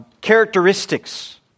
characteristics